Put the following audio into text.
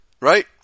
Right